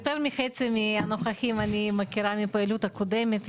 אני מכירה יותר ממחצית הנוכחים מפעילות קודמת.